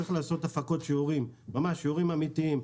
צריך לעשות הפקות שיעורים, ממש שיעורים אמיתיים.